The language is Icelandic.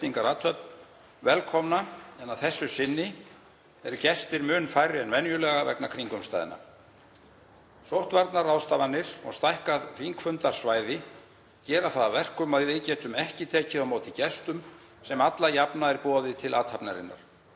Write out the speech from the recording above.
að þessu sinni eru gestir mun færri en venjulega vegna kringumstæðna. Sóttvarnaráðstafanir og stækkað þingfundarsvæði gera það að verkum að við getum ekki tekið á móti gestum sem alla jafna er boðið til athafnarinnar,